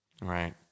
right